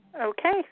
Okay